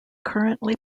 currently